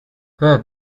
where